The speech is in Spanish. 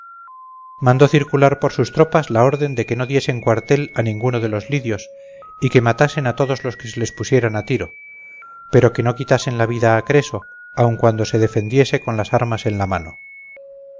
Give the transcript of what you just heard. mandó circular por sus tropas la orden de que no diesen cuartel a ninguno de los lidios y que matasen a todos los que se les pusiesen a tiro pero que no quitasen la vida a creso aun cuando se defendiese con las armas en la mano